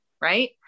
right